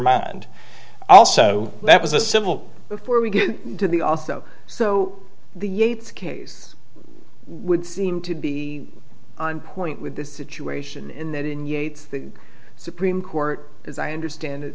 mind also that was a civil before we get to the also so the yates case would seem to be on point with this situation in that in yates the supreme court as i understand